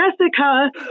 Jessica